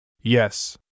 Yes